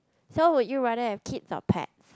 so would you rather have kids or pets